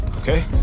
Okay